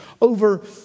over